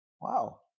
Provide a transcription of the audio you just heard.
Wow